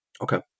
Okay